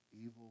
Evil